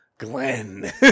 Glenn